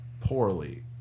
Poorly